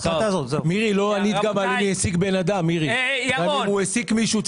מירי, לא ענית גם על מצב בו הוא העסיק מישהו.